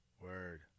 Word